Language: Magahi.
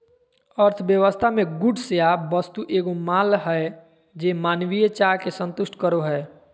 अर्थव्यवस्था मे गुड्स या वस्तु एगो माल हय जे मानवीय चाह के संतुष्ट करो हय